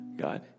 God